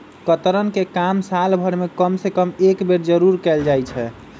कतरन के काम साल भर में कम से कम एक बेर जरूर कयल जाई छै